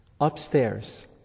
Upstairs